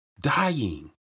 dying